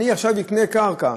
עכשיו אקנה קרקע,